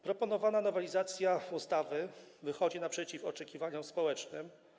Proponowana nowelizacja ustawy wychodzi naprzeciw oczekiwaniom społecznym.